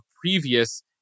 previous